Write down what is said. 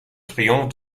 triomphe